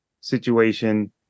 situation